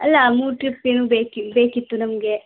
ಅಲ್ಲ ಮೂರು ಟ್ರಿಪ್ ಏನೋ ಬೇಕಿ ಬೇಕಿತ್ತು ನಮಗೆ